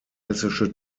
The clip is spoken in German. hessische